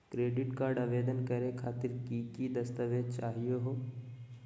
Credit card आवेदन करे खातीर कि क दस्तावेज चाहीयो हो?